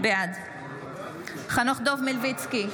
בעד חנוך דב מלביצקי,